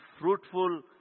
fruitful